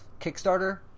Kickstarter